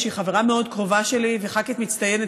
שהיא חברה מאוד קרובה שלי וח"כית מצטיינת,